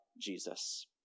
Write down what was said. Jesus